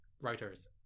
Writers